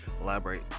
Elaborate